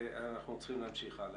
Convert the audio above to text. ואנחנו צריכים להמשיך הלאה.